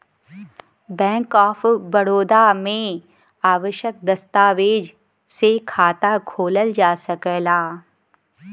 bank of Baroda में आवश्यक दस्तावेज से खाता खोलल जा सकला